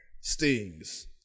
Stings